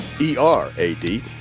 E-R-A-D